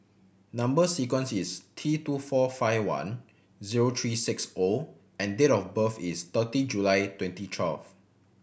number sequence is T two four five one zero three six O and date of birth is thirty July twenty twelve